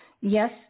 yes